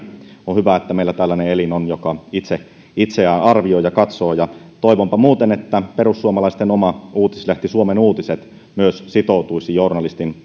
on hyvä että meillä on tällainen elin joka itse itseään arvioi ja katsoo ja toivonpa muuten että myös perussuomalaisten oma uutislehti suomen uutiset sitoutuisi journalistin